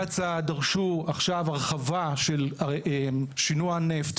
קצא"א דרשו עכשיו הרחבה של שינוע הנפט